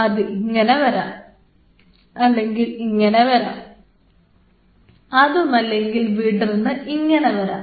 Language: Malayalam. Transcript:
അത് ഇങ്ങനെ വരാം അല്ലെങ്കിൽ ഇങ്ങനെ വരാം അതുമല്ലെങ്കിൽ വിടർന്ന് ഇങ്ങനെ വരാം